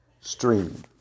stream